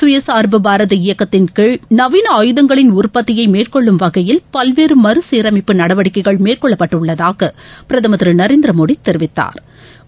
சுயசா்பு பாரத இயக்கத்தின் கீழ் நவீன அயுதங்களின் உற்பத்தியை மேற்கொள்ளும் வகையில் பல்வேறு மறு சீரமைப்பு நடவடிக்கைகள் மேற்கொள்ளப்பட்டுள்ளதாக பிரதமர் திரு நரேந்திர மோடி தெரிவித்தாா்